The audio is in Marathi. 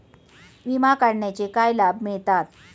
विमा काढण्याचे काय लाभ मिळतात?